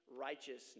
righteousness